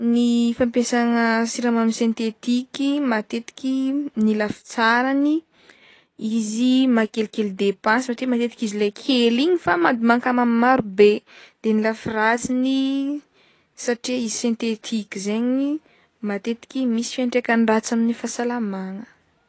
Ny fampiasagna siramamy sentetiky matetiky ny lafy tsarany izy mahakelikely depense satria izy le kely igny fa mad- mankamamy maro be de ny lafy ratsiny satria izy sentetiky zaigny matetiky misy fiantraikany ratsy amin'ny fahasamagna.